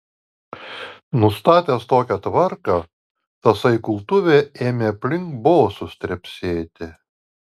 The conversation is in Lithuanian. nustatęs tokią tvarką tasai kultuvė ėmė aplink bosus trepsėti